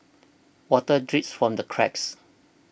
water drips from the cracks